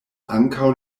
ankaŭ